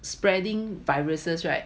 spreading viruses right